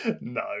No